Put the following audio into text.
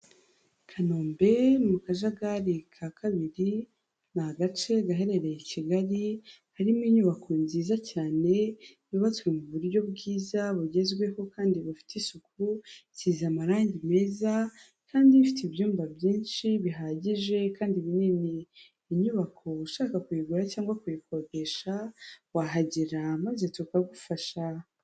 Kanombe mu Kajagari ka kabiri, ni agace gaherereye i Kigali, harimo inyubako nziza cyane, yubatswe mu buryo bwiza bugezweho kandi bufite isuku, isize amarangi meza, kandi ifite ibyumba byinshi bihagije kandi binini, inyubako ushaka kuyigura cyangwa kuyikodesha, wahagera maze tukagufasha.